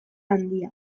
handia